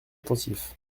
attentif